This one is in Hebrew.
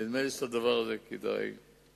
נדמה לי שאת הדבר הזה כדאי לעשות.